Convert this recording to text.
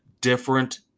different